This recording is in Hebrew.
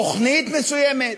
תוכנית מסוימת